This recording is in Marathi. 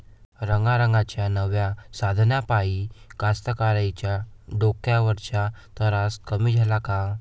रंगारंगाच्या नव्या साधनाइपाई कास्तकाराइच्या डोक्यावरचा तरास कमी झाला का?